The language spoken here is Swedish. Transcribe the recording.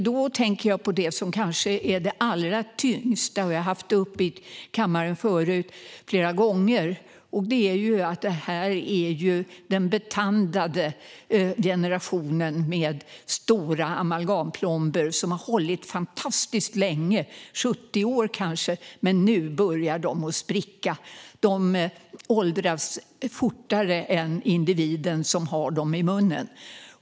Då tänker jag på det som kanske är det allra tyngsta, som jag flera gånger tidigare har tagit upp i kammaren, nämligen att detta är den generation som har stora amalgamplomber som har hållit fantastiskt länge - kanske 70 år. Men nu börjar dessa plomber spricka. De åldras fortare än den individ som har dem i munnen.